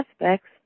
aspects